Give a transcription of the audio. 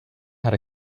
had